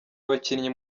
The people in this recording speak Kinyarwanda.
abakinnyi